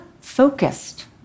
focused